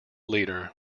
leader